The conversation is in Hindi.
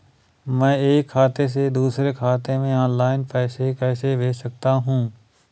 मैं एक खाते से दूसरे खाते में ऑनलाइन पैसे कैसे भेज सकता हूँ?